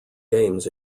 games